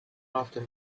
often